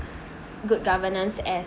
good governance as